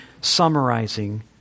summarizing